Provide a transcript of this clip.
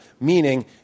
meaning